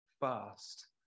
fast